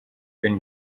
been